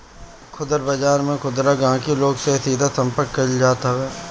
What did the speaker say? खुदरा बाजार में खुदरा गहकी लोग से सीधा संपर्क कईल जात हवे